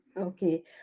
Okay